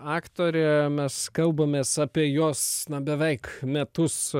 aktorė mes kalbamės apie jos beveik metus